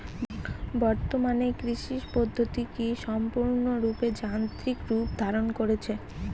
বর্তমানে কৃষি পদ্ধতি কি সম্পূর্ণরূপে যান্ত্রিক রূপ ধারণ করেছে?